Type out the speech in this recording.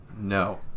No